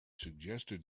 suggested